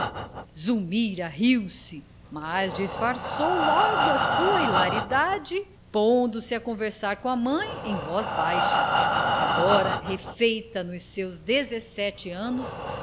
chão zulmira riu-se mas disfarçou logo a sua hilaridade pondo-se a conversar com a mãe em voz baixa agora refeita nos seus dezessete anos